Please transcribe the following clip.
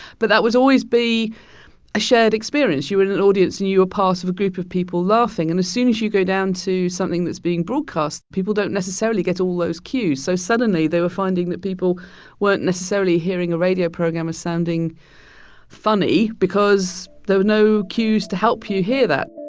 but that was always be a shared experience. you were in an audience and you were a part of a group of people laughing. and as soon as you go down to something that's being broadcast, people don't necessarily get all those cues. so suddenly, they were finding that people weren't necessarily hearing a radio program as sounding funny because there were no cues to help you hear that